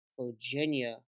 Virginia